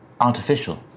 artificial